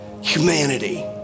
humanity